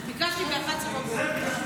ביקשתי ב-11:00.